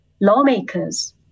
lawmakers